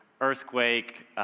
earthquake